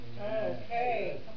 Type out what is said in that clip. Okay